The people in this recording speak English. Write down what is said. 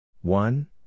One